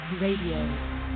Radio